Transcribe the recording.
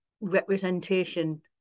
representation